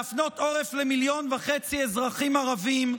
להפנות עורף למיליון וחצי אזרחים ערבים,